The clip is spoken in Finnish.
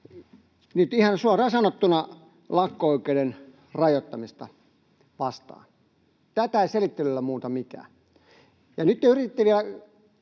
nyt ihan suoraan sanottuna lakko-oikeuden rajoittamista vastaan. Tätä ei selittelyllä muuta mikään. Ja nyt te